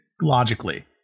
Logically